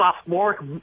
sophomore